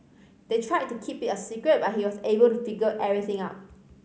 they tried to keep it a secret but he was able to figure everything out